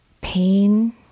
pain